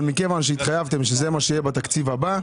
אבל מכיוון שהתחייבתם שזה מה שיהיה בתקציב הבא,